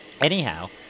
Anyhow